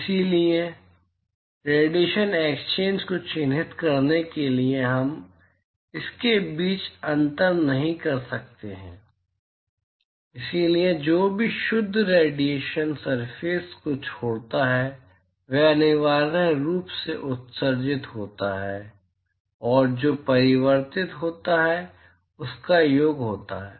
इसलिए इसलिए radiation exchange को चिह्नित करने के लिए हम इसके बीच अंतर नहीं कर सकते हैं इसलिए जो भी शुद्ध रेडिएशन सरफेस को छोड़ता है वह अनिवार्य रूप से जो उत्सर्जित होता है और जो परावर्तित होता है उसका योग होता है